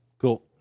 Cool